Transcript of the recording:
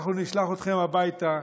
ואנחנו נשלח אתכם הביתה,